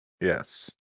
Yes